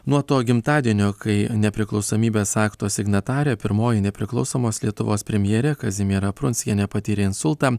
nuo to gimtadienio kai nepriklausomybės akto signatarė pirmoji nepriklausomos lietuvos premjerė kazimiera prunskienė patyrė insultą